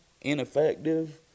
ineffective